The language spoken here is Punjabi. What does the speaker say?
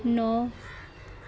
ਨੌ